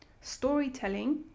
storytelling